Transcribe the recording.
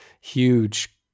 huge